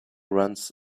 runs